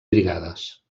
brigades